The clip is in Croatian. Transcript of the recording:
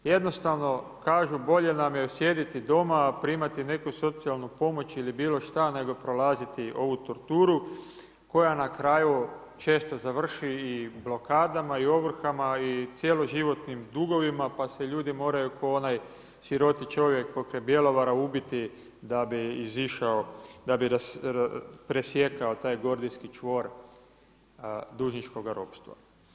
Jednostavno kažu – bolje nam je sjediti doma, primati neku socijalnu pomoć ili bilo što, nego prolaziti ovu torturu koja na kraju često završi i blokadama, i ovrhama i cjeloživotnim dugovima, pa se ljudi moraju kao onaj siroti čovjek pokraj Bjelovara ubiti da bi izašao da bi presjekao taj gordijski čvor dužničkoga ropstva.